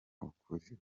ukuri